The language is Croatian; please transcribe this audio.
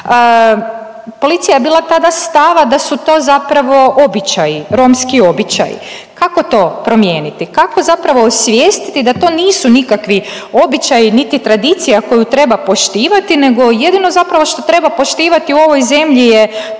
Policija je bila tada stava da su to zapravo običaji, romski običaji. Kako to promijeniti, kako zapravo osvijestiti da to nisu nikakvi običaji, niti tradicija koju treba poštivati, nego jedino zapravo što treba poštivati u ovoj zemlji je